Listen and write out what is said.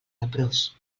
leprós